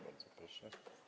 Bardzo proszę.